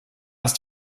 ist